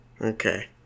okay